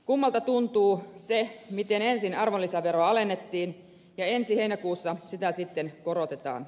kummalta tuntuu se miten ensin arvonlisäveroa alennettiin ja ensi heinäkuussa sitä sitten korotetaan